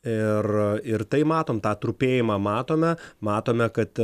ir ir tai matom tą trupėjimą matome matome kad